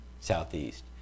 Southeast